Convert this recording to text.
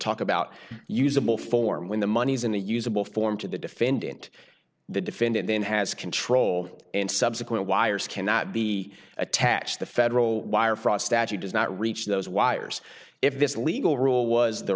talk about usable form when the money is in a usable form to the defendant the defendant then has control and subsequent wires cannot be attached the federal wire fraud statute does not reach those wires if this legal rule was the